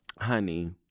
honey